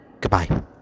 Goodbye